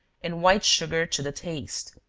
and white sugar to the taste.